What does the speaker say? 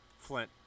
Flint